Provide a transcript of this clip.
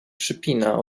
przypina